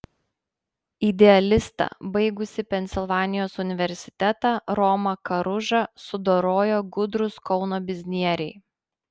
idealistą baigusį pensilvanijos universitetą romą karužą sudorojo gudrūs kauno biznieriai